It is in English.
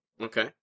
Okay